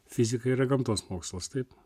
fizika yra gamtos mokslas taip